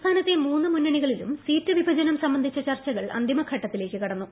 സംസ്ഥാനത്തെ മൂന്ന് മുന്നണികളിലും സീറ്റ് വിഭജനം സംബന്ധിച്ച ചർച്ചകൾ അന്തിമഘട്ടത്തിലേക്ക് കടന്നു